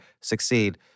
succeed